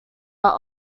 are